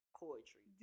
poetry